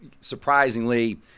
surprisingly